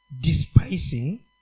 despising